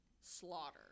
slaughter